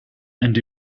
and